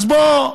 אז בוא,